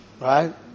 right